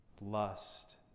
lust